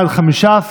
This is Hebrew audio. הצבעה.